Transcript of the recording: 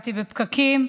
נתקעתי בפקקים,